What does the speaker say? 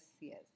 yes